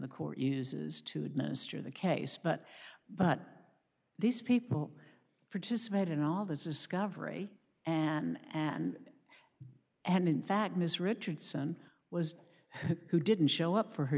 in uses to administer the case but but these people participated in all this is scott free and and and in fact ms richardson was who didn't show up for her